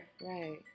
right